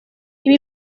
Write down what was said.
ibi